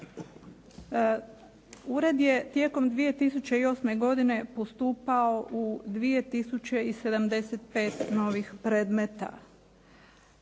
Ured je tijekom 2008. godine postupao u 2075 novih predmeta.